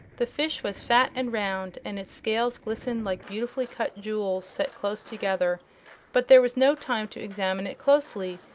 the fish was fat and round, and its scales glistened like beautifully cut jewels set close together but there was no time to examine it closely,